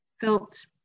felt